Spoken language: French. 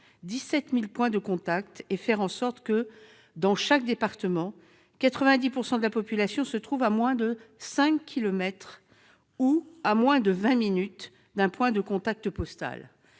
17 000 points de contact et faire en sorte que, dans chaque département, 90 % de la population se trouve à moins de cinq kilomètres ou à moins de vingt minutes d'un point de contact postal.